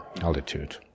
altitude